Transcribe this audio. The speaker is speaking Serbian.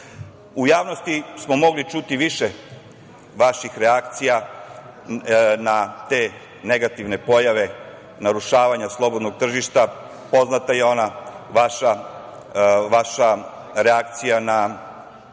javnosti smo mogli čuti više vaših reakcija na te negativne pojave narušavanja slobodnog tržišta. Poznata je i ona vaša reakcija na